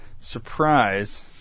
surprise